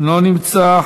לא נמצא.